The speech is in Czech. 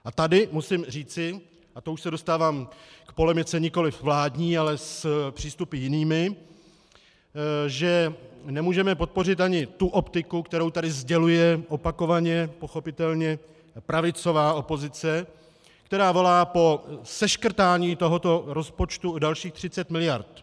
A tady musím říci, a to už se dostávám k polemice nikoliv vládní, ale s přístupy jinými, že nemůžeme podpořit ani tu optiku, kterou tady sděluje opakovaně pochopitelně pravicová opozice, která volá po seškrtání tohoto rozpočtu o dalších 30 mld.